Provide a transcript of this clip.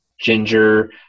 ginger